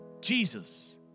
Jesus